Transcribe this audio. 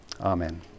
amen